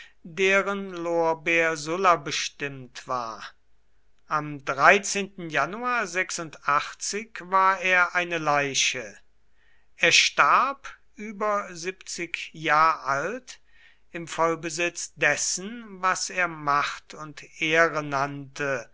deren lorbeer sulla bestimmt war am januar war er eine leiche er starb über siebzig jahr alt im vollbesitz dessen was er macht und